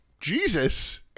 Jesus